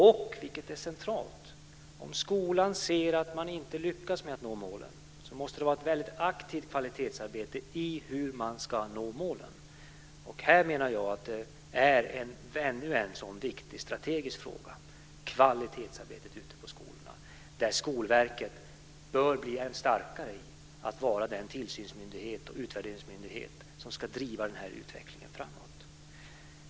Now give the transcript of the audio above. Och - vilket är centralt - om skolan ser att man inte lyckas nå målen måste det till ett väldigt aktivt kvalitetsarbete i hur man ska nå målen. Detta menar jag är ännu en viktig strategisk fråga: kvalitetsarbetet ute på skolorna. Skolverket bör bli än starkare i att vara den tillsynsmyndighet och utvärderingsmyndighet som ska driva den här utvecklingen framåt.